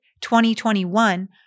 2021